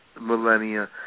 millennia